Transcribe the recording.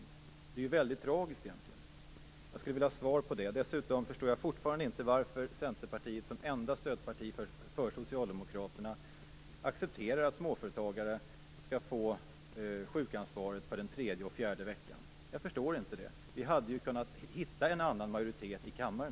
Det är egentligen väldigt tragiskt. Jag skulle vilja få ett svar på det. Dessutom förstår jag fortfarande inte varför Centerpartiet som enda stödparti för Socialdemokraterna accepterar att småföretagare skall få ansvaret för sjukersättningen för den tredje och fjärde sjukveckan. Vi hade kunnat hitta en annan majoritet i kammaren,